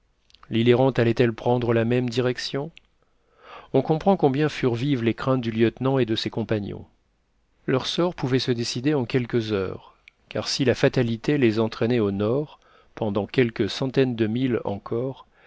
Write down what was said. l'île errante allait-elle prendre la même direction on comprend combien furent vives les craintes du lieutenant et de ses compagnons leur sort pouvait se décider en quelques heures car si la fatalité les entraînait au nord pendant quelques centaines de milles encore